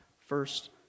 first